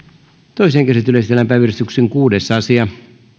toiseen käsittelyyn esitellään päiväjärjestyksen kuudes asia